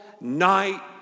night